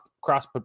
Cross